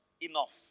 enough